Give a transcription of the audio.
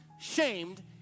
Shamed